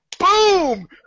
Boom